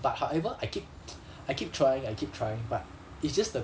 but however I keep I keep trying I keep trying but it's just the